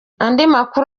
amakuru